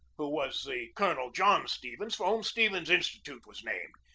who was the colonel john stevens for whom stevens institute was named.